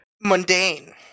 mundane